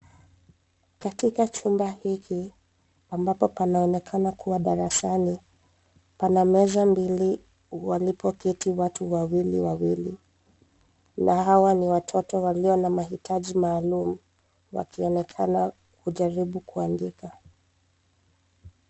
Katika chumba hiki, ambapo panaonekana kuwa darasani, pana meza mbili walipoketi watu wawili wawili na hawa ni watoto walio na mahitaji maalum, wakionekana kujaribu kuandika.